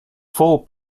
full